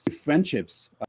friendships